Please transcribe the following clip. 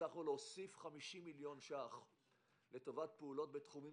הצלחנו להוסיף 50 מיליון ₪ לטובת פעולות בתחומים